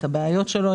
את הבעיות שלו,